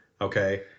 Okay